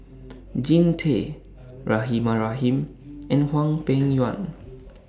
Jean Tay Rahimah Rahim and Hwang Peng Yuan